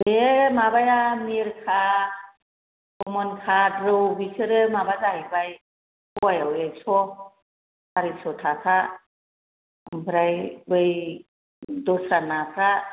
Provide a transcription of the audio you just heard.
बे माबाया मिरगा कमनकार्भ रौ बेसोरो माबा जाहैबाय फुवायाव एखस सारिस' थाखा ओमफ्राय बै दस्रा नाफ्रा